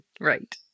Right